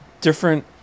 different